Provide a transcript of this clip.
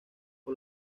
por